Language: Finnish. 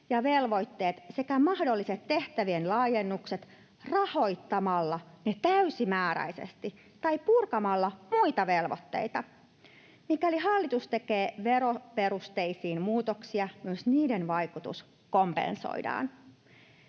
ja velvoitteet sekä mahdolliset tehtävien laajennukset rahoittamalla ne täysimääräisesti tai purkamalla muita velvoitteita. Mikäli hallitus tekee veroperusteisiin muutoksia, myös niiden vaikutus kompensoidaan.